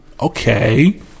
Okay